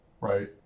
Right